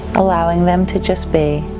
allowing them to just be.